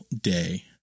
day